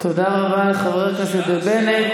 תודה רבה לחבר הכנסת בנט.